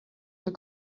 will